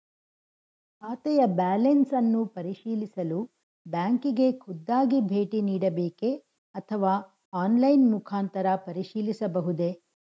ಖಾತೆಯ ಬ್ಯಾಲೆನ್ಸ್ ಅನ್ನು ಪರಿಶೀಲಿಸಲು ಬ್ಯಾಂಕಿಗೆ ಖುದ್ದಾಗಿ ಭೇಟಿ ನೀಡಬೇಕೆ ಅಥವಾ ಆನ್ಲೈನ್ ಮುಖಾಂತರ ಪರಿಶೀಲಿಸಬಹುದೇ?